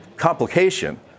complication